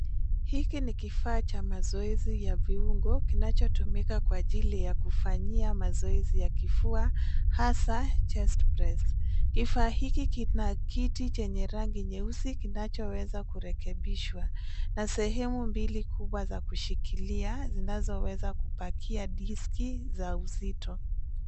Hiki ni kifaa cha mazoezi ya viungo kinachotumika kwa ajili kufanyia mazoezi ya kifua, hasa cs[chest press]cs. Kifaa hiki kina kiti chenye rangi nyeusi kinachoweza kurekebishwa na sehemu mbili kubwa za kushikilia zinazoweza kupakia diski za uzito.